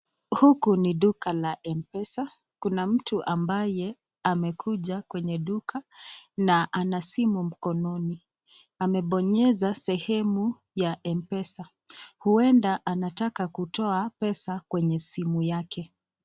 Huku ni duka la Mpesa. Kuna mtu ambaye amekuja kwenye duka na ana simu mkononi. Amebonyeza sehemu ya Mpesa. Huenda anataka kutoa pesa kwenye simu yake.